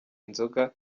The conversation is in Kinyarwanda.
inzoga